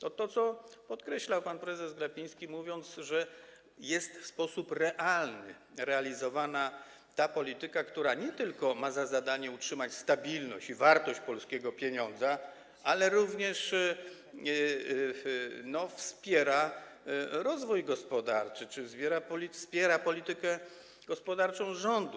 To jest to, co podkreślał pan prezes Glapiński, mówiąc, że w sposób realny jest realizowana ta polityka, która nie tylko ma za zadanie utrzymać stabilność i wartość polskiego pieniądza, ale również wspierać rozwój gospodarczy czy wspierać politykę gospodarczą rządu.